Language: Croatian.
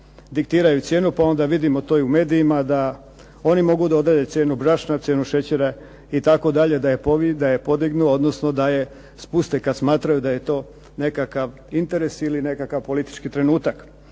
diktiraju cijenu pa onda vidimo to i u medijima da oni mogu da odrede cijenu brašna, cijenu šećera itd. da je podignu, odnosno da je spuste kad smatraju da je to nekakav interes ili nekakav politički trenutak.